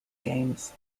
games